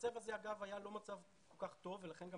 המצב הזה לא היה מצב כל כך טוב ולכן גם